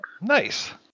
Nice